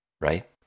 Right